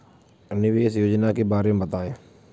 निवेश योजना के बारे में बताएँ?